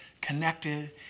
connected